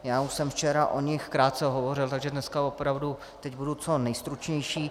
Já už jsem včera o nich krátce hovořil, takže dneska opravdu budu co nejstručnější.